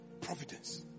providence